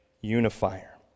unifier